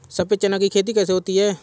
सफेद चना की खेती कैसे होती है?